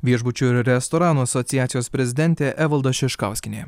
viešbučių ir restoranų asociacijos prezidentė evalda šiškauskienė